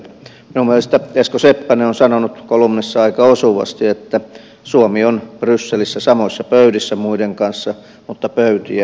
minun mielestäni esko seppänen on sanonut kolumnissaan aika osuvasti että suomi on brysselissä samoissa pöydissä muiden kanssa mutta pöytien alla